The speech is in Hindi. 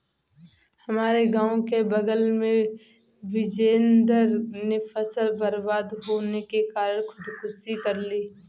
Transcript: हमारे गांव के बगल में बिजेंदर ने फसल बर्बाद होने के कारण खुदकुशी कर ली